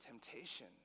temptation